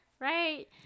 right